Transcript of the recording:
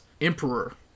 emperor